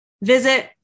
Visit